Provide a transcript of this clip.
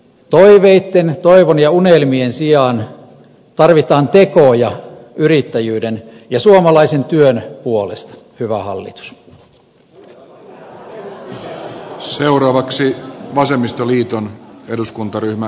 toiveitten toivon ja unelmien sijaan tarvitaan tekoja yrittäjyyden ja suomalaisen työn puolesta hyvä hallitus